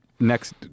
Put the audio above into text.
Next